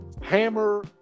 hammer